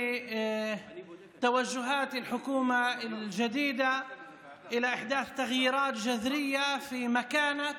שקשור בשאיפות של הממשלה החדשה לחולל שינויים דרסטיים במעמדה